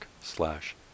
slash